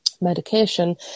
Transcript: medication